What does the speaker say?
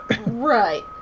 Right